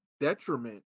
detriment